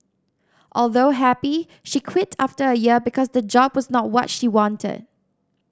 although happy she quit after a year because the job was not what she wanted